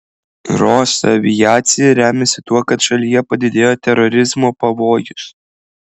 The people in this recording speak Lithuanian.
rosaviacija remiasi tuo kad šalyje padidėjo terorizmo pavojus